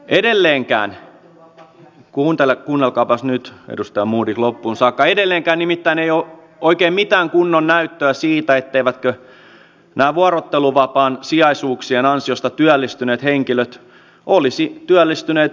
edelleenkään kuunnelkaapas nyt edustaja modig loppuun saakka nimittäin ei ole oikein mitään kunnon näyttöä siitä etteivätkö nämä vuorotteluvapaan sijaisuuksien ansiosta työllistyneet henkilöt olisi työllistyneet muutenkin